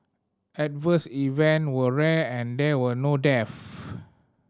adverse event were rare and there were no deaths